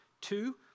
Two